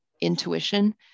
intuition